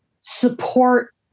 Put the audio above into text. support